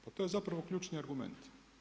Pa to je zapravo ključni argument.